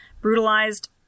brutalized